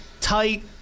tight